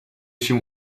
się